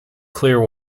clear